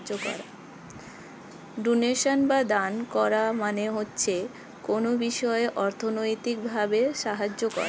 donation বা দান করা মানে হচ্ছে কোনো বিষয়ে অর্থনৈতিক ভাবে সাহায্য করা